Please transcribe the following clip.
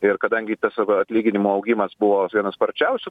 ir kadangi tas atlyginimų augimas buvo vienas sparčiausių